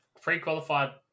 pre-qualified